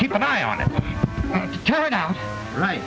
keep an eye on it turn out right